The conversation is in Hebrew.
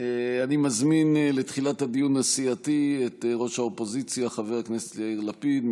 אני מזמין לתחילת הדיון הסיעתי את ראש האופוזיציה חבר הכנסת יאיר לפיד,